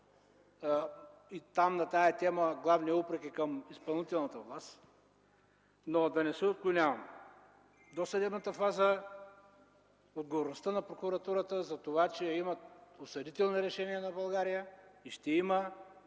На тази тема главния упрек е към изпълнителната власт, но да не се отклонявам. Досъдебната фаза и отговорността на прокуратурата, че има и ще има осъдителни решения на България, и че ни